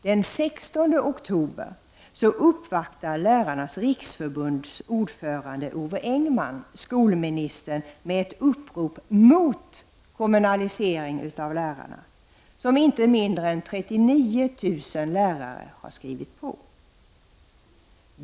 Den 16 oktober uppvaktar Lärarnas riksförbunds ordförande Ove Engman skolministern med ett upprop mot kommunalisering av lärarna som inte mindre än 39 000 lärare hade skrivit på.